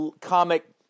comic